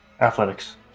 athletics